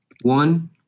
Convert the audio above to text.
One